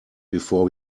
before